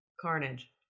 Carnage